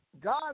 God